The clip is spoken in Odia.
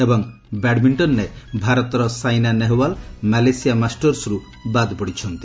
ଏବଂ ବ୍ୟାଡ୍ମିଣ୍ଟନ୍ରେ ଭାରତର ସାଇନା ନେହେୱାଲ୍ ମ୍ୟାଲେସିଆ ମାଷ୍ଟର୍ସର୍ ବାଦ୍ ପଡ଼ିଛନ୍ତି